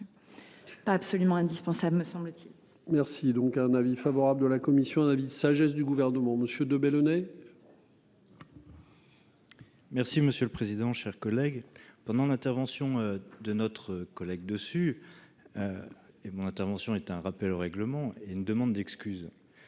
Pas absolument indispensable, me semble-t-il. Merci donc un avis favorable de la commission un avis de sagesse du gouvernement Monsieur de ballonné. Merci monsieur le président, chers collègues. Pendant l'intervention de notre collègue dessus. Et mon intervention est un rappel au règlement et ne demande d'excuses.